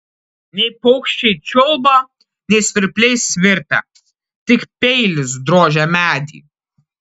nei paukščiai čiulba nei svirpliai svirpia tik peilis drožia medį